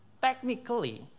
technically